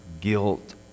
guilt